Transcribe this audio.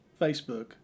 facebook